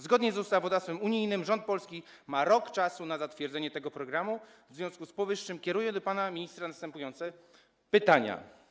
Zgodnie z ustawodawstwem unijnym rząd polski ma rok na zatwierdzenie tego programu, w związku z powyższym kieruję do pana ministra następujące pytania: